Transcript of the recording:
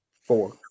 Four